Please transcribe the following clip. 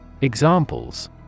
Examples